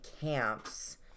camps